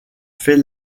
fait